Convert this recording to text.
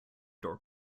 door